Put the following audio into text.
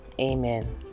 amen